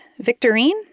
Victorine